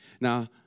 Now